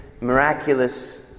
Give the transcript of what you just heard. miraculous